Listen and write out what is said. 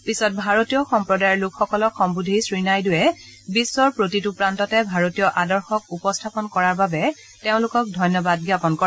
পিছত ভাৰতীয় সম্প্ৰদায়ৰ লোকসকলক সম্বোধি শ্ৰীনাইডুৱে বিশ্বৰ প্ৰতিটো প্ৰান্ততে ভাৰতীয় আদৰ্শক উপস্থাপন কৰাৰ বাবে তেওঁলোকক ধন্যবাদ জ্ঞাপন কৰে